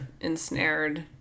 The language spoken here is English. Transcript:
ensnared